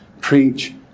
Preach